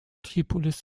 tripolis